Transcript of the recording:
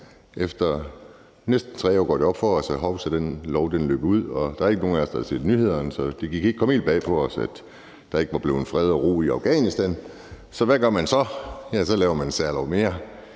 Efter næsten 2 år går det op for os, at hovsa, den lov løber ud, og der er ikke nogen af os, der ikke har set nyhederne, så det kan ikke komme helt bag på os, at der ikke er blevet fred og ro i Afghanistan. Så hvad gør man så? Så laver man en særlov mere.